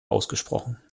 ausgesprochen